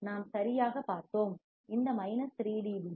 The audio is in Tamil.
நாம் சரியாக பார்த்தோம் இந்த மைனஸ் 3 டி